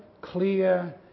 clear